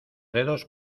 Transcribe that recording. dedos